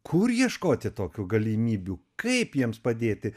kur ieškoti tokių galimybių kaip jiems padėti